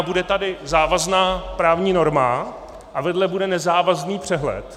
Bude tady závazná právní norma a vedle bude nezávazný přehled.